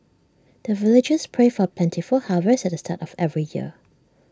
the villagers pray for plentiful harvest at the start of every year